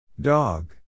Dog